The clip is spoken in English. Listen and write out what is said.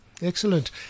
Excellent